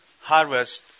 Harvest